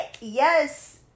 Yes